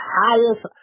highest